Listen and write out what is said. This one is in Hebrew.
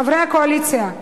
חברי הקואליציה,